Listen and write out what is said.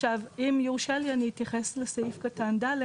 אם יורשה לי, אני אתייחס לסעיף קטן (ד),